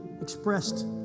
expressed